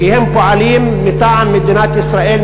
כי הם פועלים מטעם מדינת ישראל,